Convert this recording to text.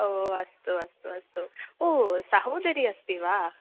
ओ अस्तु अस्तु अस्तु ओ सहोदरी अस्ति वा